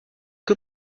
que